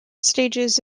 stages